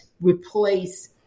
replace